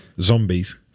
zombies